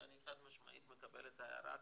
אני חד משמעית מקבל את ההערה,